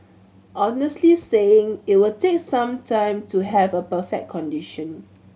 honestly saying it will take some time to have a perfect condition